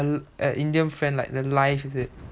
a an indian friend like the live is it